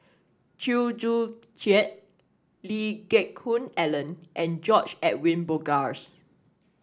Chew Joo Chiat Lee Geck Hoon Ellen and George Edwin Bogaars